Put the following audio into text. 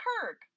Kirk